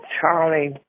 Charlie